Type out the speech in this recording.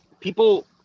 people